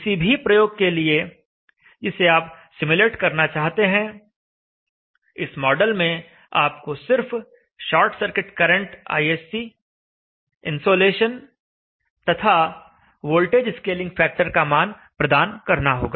किसी भी प्रयोग के लिए जिसे आप सिम्युलेट करना चाहते हैं इस मॉडल में आपको सिर्फ short circuit current ISC insolation तथा वोल्टेज स्केलिंग फैक्टर का मान प्रदान करना होगा